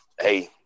hey